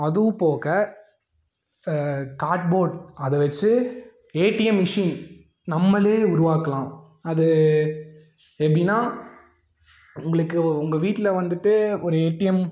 அதுவும் போக card board அதை வச்சு ஏடிஎம் மிஷின் நம்மளே உருவாக்கலாம் அது எப்படினா உங்களுக்கு உங்கள் வீட்டில் வந்துட்டு ஒரு ஏடிஎம்